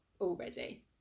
already